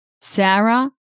Sarah